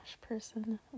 person